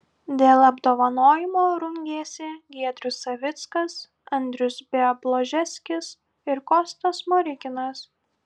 dėl apdovanojimo rungėsi giedrius savickas andrius bialobžeskis ir kostas smoriginas